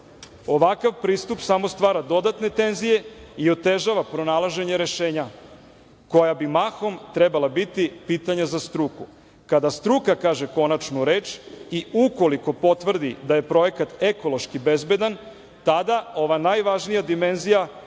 Ovakav pristup samo stvara dodatne tenzije i otežava pronalaženje rešenja, koja bi mahom trebala biti pitanja za struku. Kada struka kaže konačnu reč i ukoliko potvrdi da je projekat ekološki bezbedan, tada ova najvažnija dimenzija,